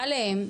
עליהם,